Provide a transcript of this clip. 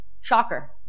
Shocker